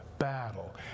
battle